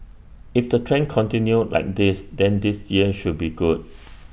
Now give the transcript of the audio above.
if the trend continues like this then this year should be good